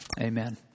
amen